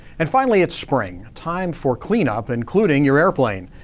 and finally it's spring, time for cleanup including your airplane.